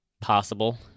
Possible